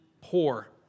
poor